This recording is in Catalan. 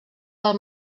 del